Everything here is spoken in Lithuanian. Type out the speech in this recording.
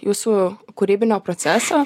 jūsų kūrybinio proceso